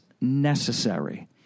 necessary